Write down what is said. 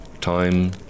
Time